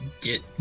get